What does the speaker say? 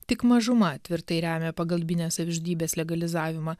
tik mažuma tvirtai remia pagalbinės savižudybės legalizavimą